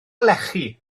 lechi